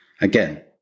Again